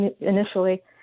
initially